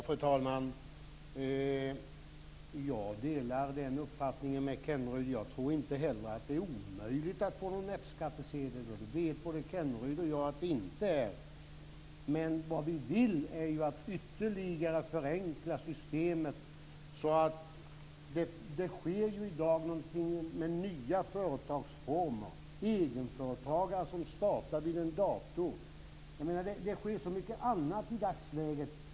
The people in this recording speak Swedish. Fru talman! Jag delar Kenneryds uppfattning. Jag tror inte heller att det är omöjligt att få någon F skattsedel. Både Kenneryd och jag vet att det inte är det. Men vad vi vill är ju att ytterligare förenkla systemet. Det sker ju i dag någonting med nya företagsformer, egenföretagare som startar vid en dator. Det sker så mycket annat i dagsläget.